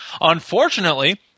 Unfortunately